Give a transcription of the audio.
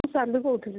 ମୁଁ ଶାଲୁ କହୁଥିଲି